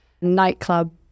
nightclub